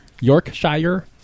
Yorkshire